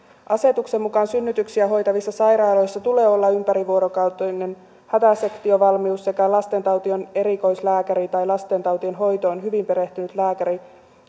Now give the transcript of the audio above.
asetuksen mukaan synnytyksiä hoitavissa sairaaloissa tulee olla ympärivuorokautinen hätäsektiovalmius sekä lastentautien erikoislääkäri tai lastentautien hoitoon hyvin perehtynyt lääkäri